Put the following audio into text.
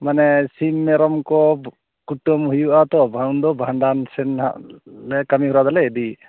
ᱢᱟᱱᱮ ᱥᱤᱢ ᱢᱮᱨᱚᱢ ᱠᱚ ᱠᱩᱴᱟᱹᱢ ᱦᱩᱭᱩᱜᱼᱟ ᱛᱚ ᱩᱱᱫᱚ ᱵᱷᱟᱸᱰᱟᱱ ᱥᱮᱱ ᱦᱟᱜ ᱠᱟᱹᱢᱤ ᱦᱚᱨᱟ ᱫᱚᱞᱮ ᱤᱫᱤᱭᱟ